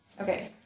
Okay